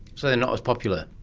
so they are not as popular?